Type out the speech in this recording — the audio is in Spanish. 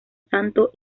santo